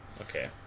okay